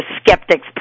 skeptics